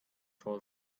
fall